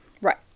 Right